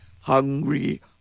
hungry